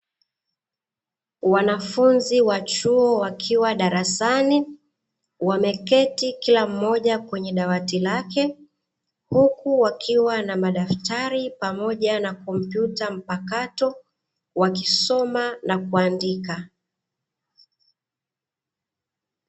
Wanafunzi wa chuo wakiwa darasani wameketi kila mmoja kwenye dawati lake, huku wakiwa na madaftari pamoja na kompyuta mpakato wakisoma na kuandika.